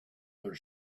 their